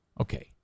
Okay